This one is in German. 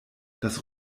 das